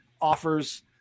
offers